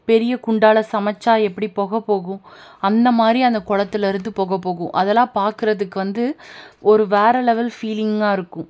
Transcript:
பெரிய குண்டாவில் சமைச்சா எப்படி புகை போகும் அந்தமாதிரி அந்த குளத்துலேருந்து புகை போகும் அதலாம் பார்க்கறதுக்கு வந்து ஒரு வேறே லெவல் ஃபீலிங்காக இருக்கும்